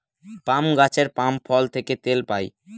পাম গাছের পাম ফল থেকে তেল পাই